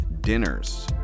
dinners